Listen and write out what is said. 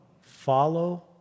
Follow